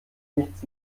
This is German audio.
nichts